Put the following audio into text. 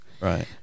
right